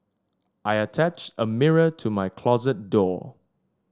I attached a mirror to my closet door